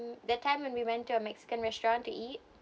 that time when we went to a mexican restaurant to eat